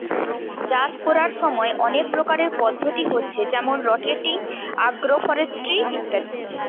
চাষ কোরার সময় অনেক প্রকারের পদ্ধতি হচ্ছে যেমন রটেটিং, আগ্রফরেস্ট্রি ইত্যাদি